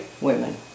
women